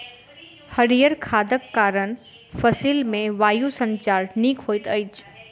हरीयर खादक कारण फसिल मे वायु संचार नीक होइत अछि